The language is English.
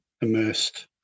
immersed